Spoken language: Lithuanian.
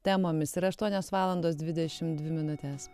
temomis yra aštuonios valandos dvidešim dvi minutės